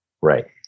Right